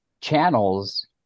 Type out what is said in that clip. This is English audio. channels